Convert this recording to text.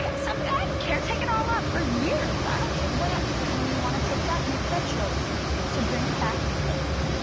um ah care take it all off for years i don't what up but when you want to take that make that choice to bring it back thank you